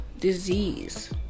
disease